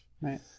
Right